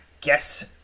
guess